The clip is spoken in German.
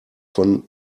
von